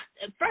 first